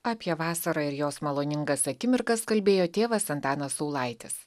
apie vasarą ir jos maloningas akimirkas kalbėjo tėvas antanas saulaitis